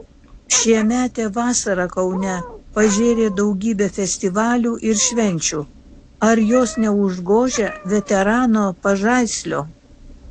šiemetė vasara kaune pažėrė daugybę festivalių ir švenčių ar jos neužgožia veterano pažaislio